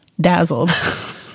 dazzled